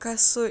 kasut